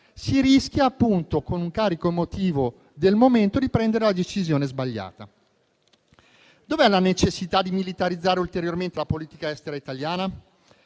si rischia appunto, con il carico emotivo del momento, di prendere la decisione sbagliata. Dov'è la necessità di militarizzare ulteriormente la politica estera italiana?